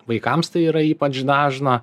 vaikams tai yra ypač dažna